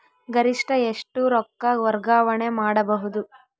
ಗರಿಷ್ಠ ಎಷ್ಟು ರೊಕ್ಕ ವರ್ಗಾವಣೆ ಮಾಡಬಹುದು?